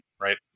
right